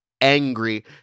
angry